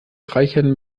reichern